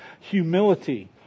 Humility